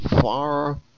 far